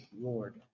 Lord